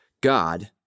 God